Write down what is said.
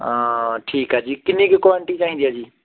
ਹਾਂ ਠੀਕ ਆ ਜੀ ਕਿੰਨੀ ਕੁ ਕੁਆਂਟੀ ਚਾਹੀਦੀ ਆ ਜੀ